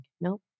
nope